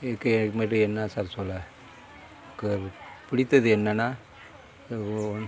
இதுக்கு இதுக்கு மேட்டு என்ன சார் சொல்ல பிடித்தது என்னனா